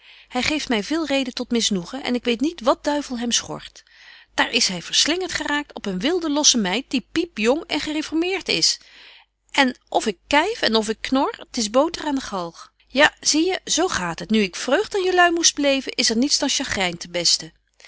hy geeft my veel reden tot misnoegen en ik weet niet wat duivel hem schort daar is hy verslingert geraakt op een wilde losse meid die piep jong en gereformeert is en of ik kyf en of ik knor t is boter aan den galg ja zie je zo gaat het nu ik vreugd aan jelui moest beleven is er niets dan chagryn ten besten